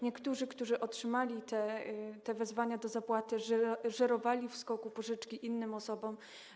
Niektórzy z tych, którzy otrzymali te wezwania do zapłaty, żyrowali w SKOK-u pożyczki innym osobom.